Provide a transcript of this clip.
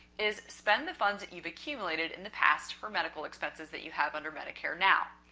is spend the funds that you've accumulated in the past for medical expenses that you have under medicare now.